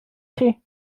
chi